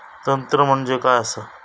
तंत्र म्हणजे काय असा?